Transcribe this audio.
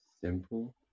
simple